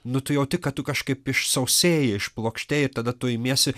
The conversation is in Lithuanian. nu tu jauti kad tu kažkaip išsausėji išplokštėji ir tada tu imiesi